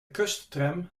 kusttram